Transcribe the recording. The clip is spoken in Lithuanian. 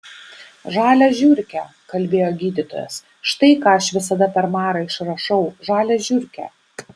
žalią žiurkę kalbėjo gydytojas štai ką aš visada per marą išrašau žalią žiurkę